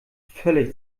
völlig